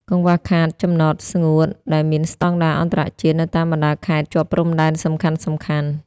កង្វះខាត "ចំណតស្ងួត" ដែលមានស្ដង់ដារអន្តរជាតិ នៅតាមបណ្ដាខេត្តជាប់ព្រំដែនសំខាន់ៗ។